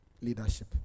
leadership